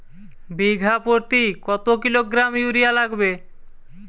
বিঘাপ্রতি কত kilogram urea লাগবে?